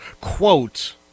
quote